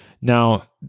Now